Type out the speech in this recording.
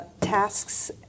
tasks